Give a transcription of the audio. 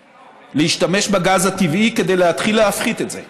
להשתמש בגז הטבעי כדי להתחיל להפחית את זה,